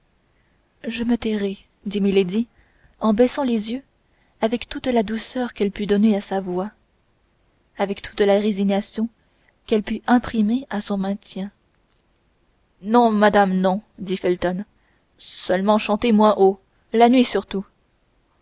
je me tairai dit milady en baissant les yeux avec toute la douceur qu'elle put donner à sa voix avec toute la résignation qu'elle put imprimer à son maintien non non madame dit felton seulement chantez moins haut la nuit surtout